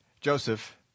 Joseph